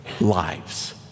lives